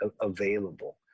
available